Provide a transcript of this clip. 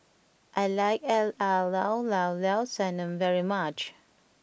I like Llao Llao Sanum very much